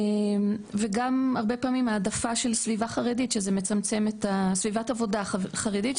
וגם הרבה פעמים העדפה של סביבת עבודה חרדית,